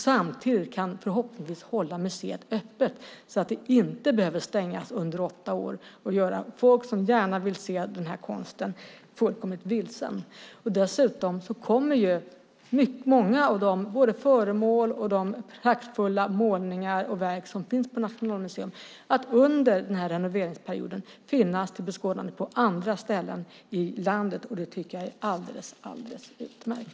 Samtidigt kan man förhoppningsvis hålla museet öppet, så att det inte behöver stängas under åtta år, vilket skulle göra folk som gärna vill se den här konsten fullkomligt vilsna. Dessutom kommer många av de föremål och de praktfulla målningar och verk som finns på Nationalmuseum under den här renoveringsperioden att finnas till beskådande på andra ställen i landet. Det tycker jag är alldeles utmärkt.